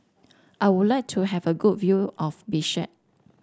I would like to have a good view of Bishkek